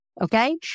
okay